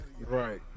Right